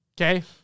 Okay